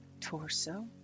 torso